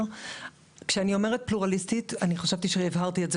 כשאני אומרת "פלורליסטית" חשבתי שהבהרתי את זה